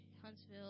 Huntsville